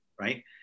right